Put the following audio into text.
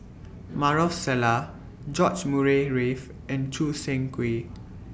Maarof Salleh George Murray Reith and Choo Seng Quee